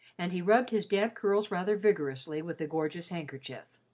and he rubbed his damp curls rather vigorously with the gorgeous handkerchief.